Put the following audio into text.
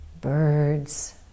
Birds